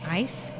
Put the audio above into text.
ice